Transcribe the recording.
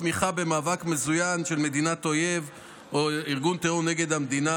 תמיכה במאבק מזוין של מדינת אויב או ארגון טרור נגד המדינה.